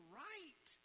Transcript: right